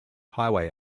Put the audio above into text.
highway